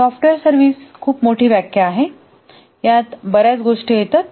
software service खूप मोठी व्याख्या आहे यात बऱ्याच गोष्टी येतात